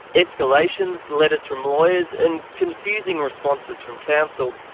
escalations, letters from lawyers and confusing responses from council,